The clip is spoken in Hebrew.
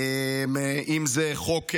אם זה חוק הנוער,